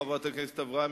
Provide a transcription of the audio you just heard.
חברת הכנסת אברהם,